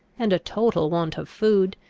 and a total want of food,